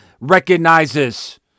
recognizes